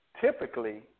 typically